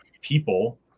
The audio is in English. people